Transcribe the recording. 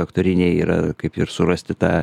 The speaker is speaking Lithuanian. aktoriniai yra kaip ir surasti tą